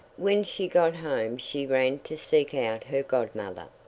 when she got home she ran to seek out her godmother,